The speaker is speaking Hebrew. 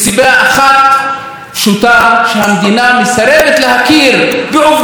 שהמדינה מסרבת להכיר בעובדה הפשוטה שהאנשים האלה גרים